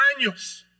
años